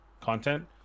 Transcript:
content